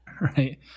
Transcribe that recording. Right